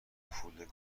پول